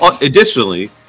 Additionally